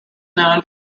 known